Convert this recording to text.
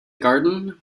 garden